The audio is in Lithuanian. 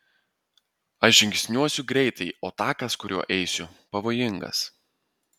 aš žingsniuosiu greitai o takas kuriuo eisiu pavojingas